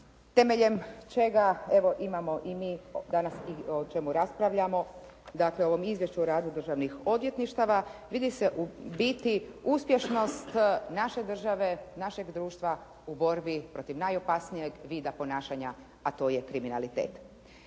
temeljem čega, evo imamo i mi danas i o čemu raspravljamo, dakle ovom izvješću o radu državnih odvjetništava. Vidi se ubiti uspješnost naše države, našeg društva u borbi protiv najopasnijeg vida ponašanja, a to je kriminalitet.